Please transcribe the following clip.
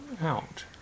out